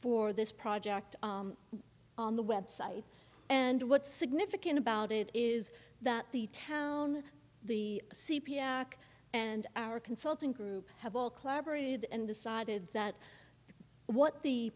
for this project on the website and what's significant about it is that the town the c p s and our consulting group have all collaborated and decided that what the